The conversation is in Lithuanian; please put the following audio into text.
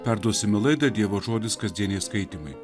perduosime laidą dievo žodis kasdieniai skaitymai